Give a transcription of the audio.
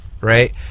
right